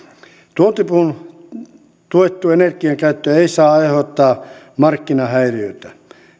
tuontipuun tuettu energiankäyttö ei saa aiheuttaa markkinahäiriöitä